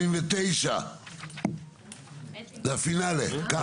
179, זה הפינאלה, קח.